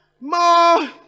more